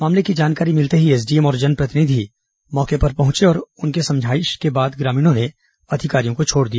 मामले की जानकारी मिलते ही एसडीएम और जनप्रतिनिधि मौके पर पहुंचे और उनकी समझाइश के बाद ग्रामीणों ने अधिकारियों को छोड़ा